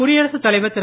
குடியரசுத் தலைவர் திரு